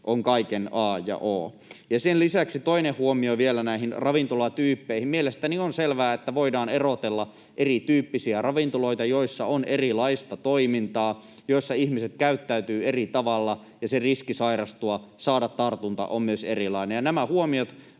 on kaiken a ja o. Sen lisäksi toinen huomio vielä näistä ravintolatyypeistä. Mielestäni on selvää, että voidaan erotella erityyppisiä ravintoloita, joissa on erilaista toimintaa, joissa ihmiset käyttäytyvät eri tavalla ja myös se riski sairastua, saada tartunta, on erilainen. Nämä huomiot